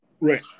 Right